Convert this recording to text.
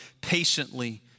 patiently